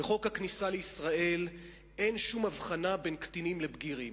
בחוק הכניסה לישראל אין שום הבחנה בין קטינים לבגירים.